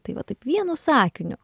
tai va taip vienu sakiniu